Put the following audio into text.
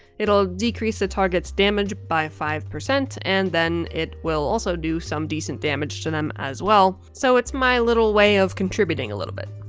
it'll decrease the target's damage by five percent and then it will also do some decent damage to them as well, so it's my little way of contributing a little bit.